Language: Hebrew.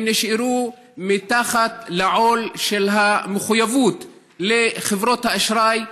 הם נשארו מתחת לעול של המחויבות לחברות האשראי,